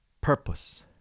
purpose